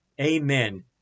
amen